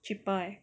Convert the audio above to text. cheaper eh